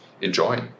Enjoy